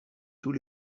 tous